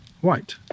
white